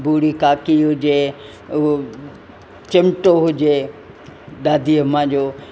भुरी काकी हुजे उहो चिमटो हुजे दादी अम्मा जो